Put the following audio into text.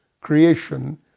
creation